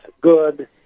good